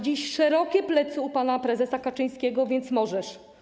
dziś szerokie plecy u pana prezesa Kaczyńskiego, więc możesz.